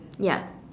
ya